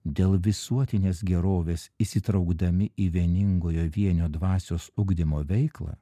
dėl visuotinės gerovės įsitraukdami į vieningojo vienio dvasios ugdymo veiklą